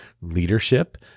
leadership